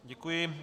Děkuji.